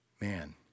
Man